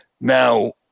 Now